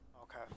Okay